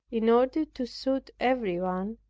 in order to suit everyone,